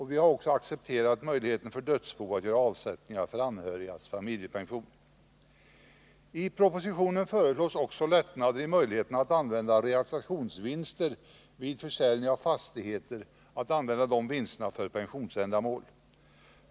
Vi har också accepterat möjligheten för dödsbo att göra avsättningar till anhörigas familjepension. I propositionen föreslås också lättnader i möjligheterna att använda 87 realisationsvinster vid försäljning av fastigheter för pensionsändamål.